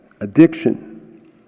addiction